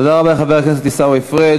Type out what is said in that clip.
תודה רבה לחבר הכנסת עיסאווי פריג'.